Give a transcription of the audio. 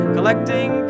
Collecting